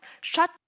shut